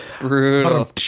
Brutal